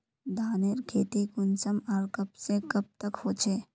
धानेर खेती कुंसम आर कब से कब तक होचे?